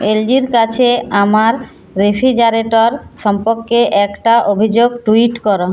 এলজির কাছে আমার রেফ্রিজারেটর সম্পর্কে একটা অভিযোগ টুইট করো